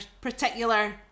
particular